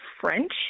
french